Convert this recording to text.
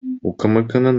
укмкнын